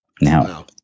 Now